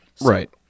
Right